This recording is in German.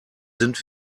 sind